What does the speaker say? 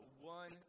one